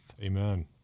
Amen